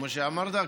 כמו שאמרת,